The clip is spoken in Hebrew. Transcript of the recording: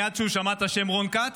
מייד כשהוא שמע את השם רון כץ,